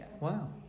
Wow